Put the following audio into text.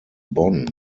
bonn